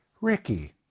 Ricky